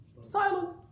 Silent